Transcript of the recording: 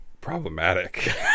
problematic